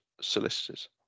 solicitors